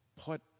put